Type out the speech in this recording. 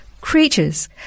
creatures